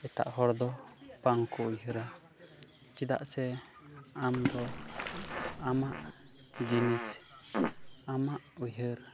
ᱮᱴᱟᱜ ᱦᱚᱲᱫᱚ ᱵᱟᱝ ᱠᱚ ᱩᱭᱦᱟᱹᱨᱟ ᱪᱮᱫᱟᱜ ᱥᱮ ᱟᱢ ᱫᱚ ᱟᱢᱟᱜ ᱡᱤᱱᱤᱥ ᱟᱢᱟᱜ ᱩᱭᱦᱟᱹᱨ